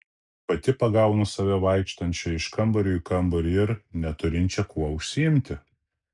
pati pagaunu save vaikštančią iš kambario į kambarį ir neturinčią kuo užsiimti